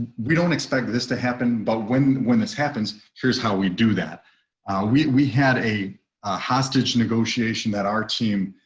we don't expect this to happen. but when when this happens, here's how we do that we we had a hostage negotiation that our team.